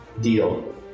Deal